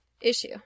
issue